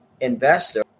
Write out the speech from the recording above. investor